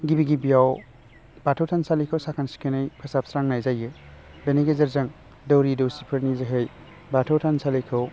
गिबि गिबियाव बाथौ थानसालिखौ साखोन सिखोनै फोसाबस्रांनाय जायो बेनि गेजेरजों दौरि दौसिफोरनि जोहै बाथौ थानसालिखौ